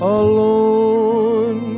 alone